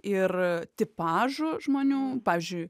ir tipažų žmonių pavyzdžiui